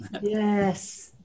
Yes